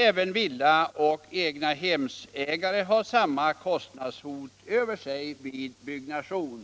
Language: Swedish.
Även villaoch egnahemsägare har samma kostnadshot över sig vid sitt byggande.